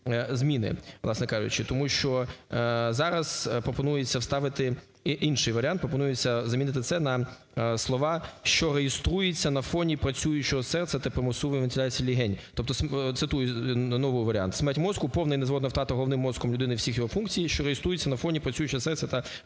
зміни, власне кажучи, тому що зараз пропонується вставити і інший варіант, пропонується замінити це на слова "що реєструється на фоні працюючого серця та примусової вентиляції легенів". Тобто цитую новий варіант: "смерть мозку, повна і незворотна втрата головним мозком людини всіх його функцій, що реєструються на фоні працюючого серця та примусової вентиляції легенів".